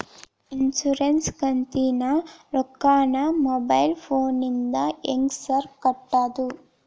Insurance ಕಂತಿನ ರೊಕ್ಕನಾ mobile ಫೋನಿಂದ ಹೆಂಗ್ ಸಾರ್ ಕಟ್ಟದು?